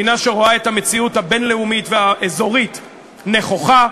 מדינה שרואה את המציאות הבין-לאומית והאזורית נכוחה,